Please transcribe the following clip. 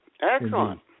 Excellent